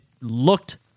looked